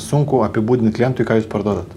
sunku apibūdint klientui ką jūs parduodat